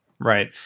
Right